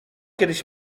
kiedyś